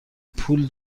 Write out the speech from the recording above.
پول